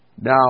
Now